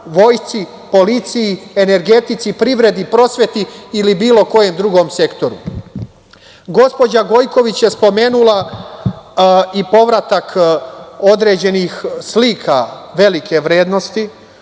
vojsci, policiji, energetici, privredi, prosveti ili bilo kojem drugom sektoru. Gospođa Gojković je spomenula i povratak određenih slika velike umetničke